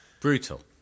Brutal